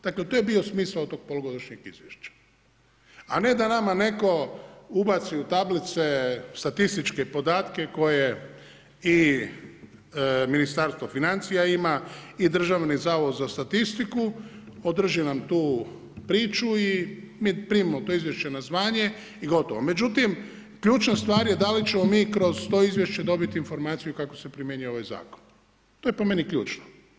Dakle to je bio smisao tog polugodišnjeg izvješća, a ne da nama neko ubaci u tablice statističke podatke koje i Ministarstvo financija ima i DZS, održi nam tu priču i mi primimo to izvješće na znanje i gotovo, međutim ključna stvar je da li ćemo mi kroz to izvješće dobiti informaciju kako se primjenjuje ovaj zakon, to je po meni ključno.